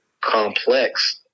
complex